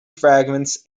fragments